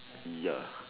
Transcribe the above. ya